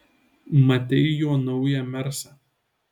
matei jo naują mersą